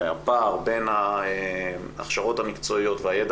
הפער בין ההכשרות המקצועיות והידע